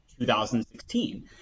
2016